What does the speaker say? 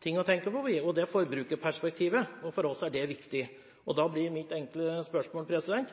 ting å tenke på, og det er forbrukerperspektivet. For oss er det viktig. Da blir mitt enkle spørsmål: